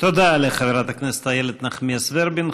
תודה לחברת הכנסת איילת נחמיאס ורבין.